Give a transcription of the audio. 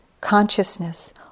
consciousness